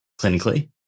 clinically